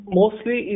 mostly